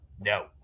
no